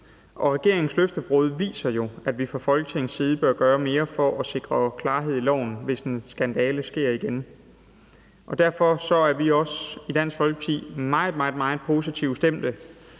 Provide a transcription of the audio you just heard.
Regeringens løftebrud viser jo, at vi fra Folketingets side bør gøre mere for at sikre klarhed i loven, hvis en skandale sker igen. Derfor er vi i Dansk Folkeparti også meget, meget positivt stemte